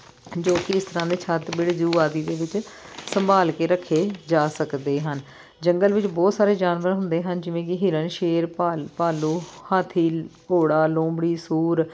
ਜੋ ਕਿ ਇਸ ਤਰ੍ਹਾਂ ਦੇ ਛੱਤਬੀੜ ਜੂ ਆਦਿ ਦੇ ਵਿੱਚ ਸੰਭਾਲ ਕੇ ਰੱਖੇ ਜਾ ਸਕਦੇ ਹਨ ਜੰਗਲ ਵਿੱਚ ਬਹੁਤ ਸਾਰੇ ਜਾਨਵਰ ਹੁੰਦੇ ਹਨ ਜਿਵੇਂ ਕਿ ਹਿਰਨ ਸ਼ੇਰ ਭਾਲ ਭਾਲੂ ਹਾਥੀ ਘੋੜਾ ਲੂੰਬੜੀ ਸੂਰ